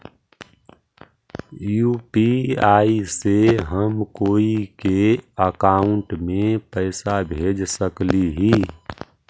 UPI से हम कोई के अकाउंट में पैसा भेज सकली ही?